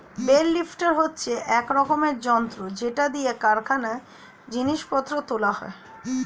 bell lifter হচ্ছে এক রকমের যন্ত্র যেটা দিয়ে কারখানায় জিনিস পত্র তোলা হয়